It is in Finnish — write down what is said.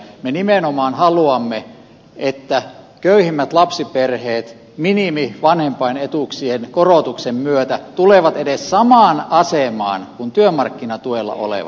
me nimenomaan haluamme että köyhimmät lapsiperheet minimivanhempainetuuksien korotuksen myötä tulevat edes samaan asemaan kuin työmarkkinatuella olevat